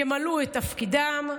ימלאו את תפקידם.